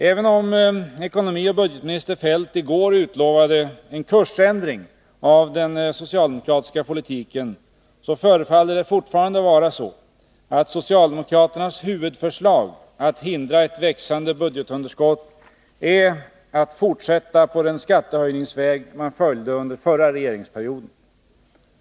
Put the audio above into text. Även om ekonomioch budgetminister Feldt i går utlovade en ändring av den socialdemokratiska politikens kurs, förefaller det fortfarande vara så att socialdemokraternas huvudförslag när det gäller att hindra ett växande budgetunderskott är att fortsätta på den skattehöjningsväg som man följde under förra regeringsperioden.